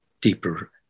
deeper